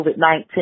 COVID-19